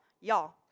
y'all